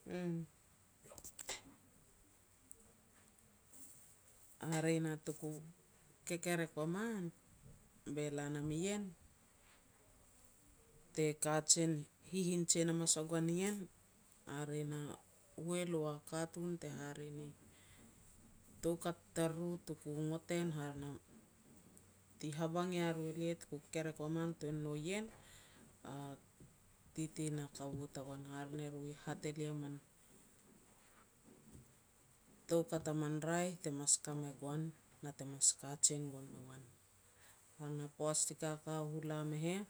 Hare na tuku kekerek ua man, be la nam ien, te kajen, hihin jen hamas ua goan ien, hare na hualu a katun te hare ni toukat tariru tuku ngot en hare na ti habang ya ru elia tuk kekerek ua man, tuan no ien, a titi na kaua tagoan. Hare ne ru i hat elia man toukat a man raeh te mas ka me goan, na te mas kajen gon me goan. Hare na poats ti kaka u lam e heh,